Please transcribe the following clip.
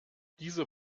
dieser